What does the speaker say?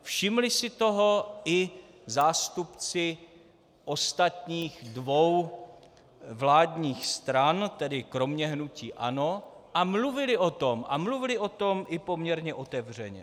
Všimli si toho i zástupci ostatních dvou vládních stran, tedy kromě hnutí ANO, a mluvili o tom, a mluvili o tom i poměrně otevřeně.